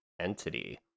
entity